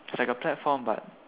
it's like a platform but